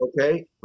okay